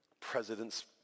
president's